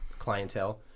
clientele